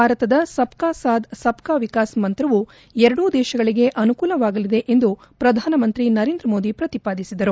ಭಾರತದ ಸಬ್ಕಾ ಸಾತ್ ಸಬ್ಕಾ ವಿಕಾಸ್ ಮಂತ್ರವು ಎರಡೂ ದೇಶಗಳಿಗೆ ಅನುಕೂಲವಾಗಲಿದೆ ಎಂದು ಪ್ರಧಾನಮಂತ್ರಿ ನರೇಂದ್ರ ಮೋದಿ ಪ್ರತಿಪಾದಿಸಿದರು